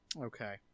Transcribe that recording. Okay